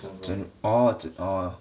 整 orh 整 orh